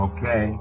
Okay